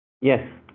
Yes